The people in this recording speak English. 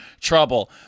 trouble